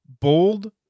Bold